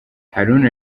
haruna